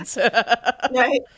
Right